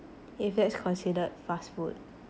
if that's considered fast food